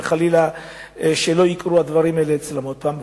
וחלילה שלא יקרו הדברים האלה אצלם עוד פעם,